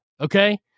okay